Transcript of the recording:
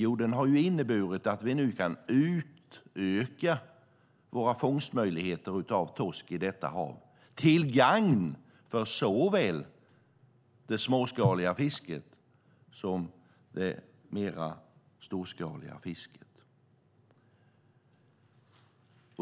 Jo, den har inneburit att vi nu kan utöka våra fångstmöjligheter för torsk i detta hav, till gagn för såväl det småskaliga fisket som det mer storskaliga.